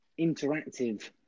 interactive